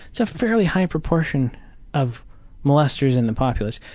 it's a fairly high proportion of molesters in the populace.